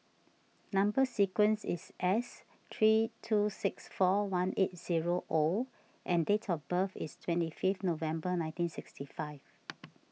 Number Sequence is S three two six four one eight zero O and date of birth is twenty fifth November nineteen sixty five